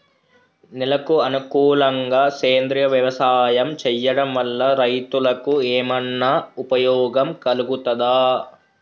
నేలకు అనుకూలంగా సేంద్రీయ వ్యవసాయం చేయడం వల్ల రైతులకు ఏమన్నా ఉపయోగం కలుగుతదా?